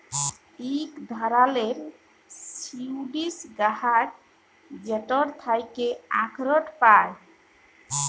ইক ধারালের ডিসিডিউস গাহাচ যেটর থ্যাকে আখরট পায়